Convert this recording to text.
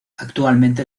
actualmente